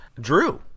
Drew